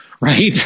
right